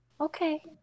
Okay